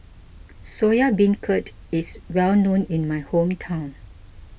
Soya Beancurd is well known in my hometown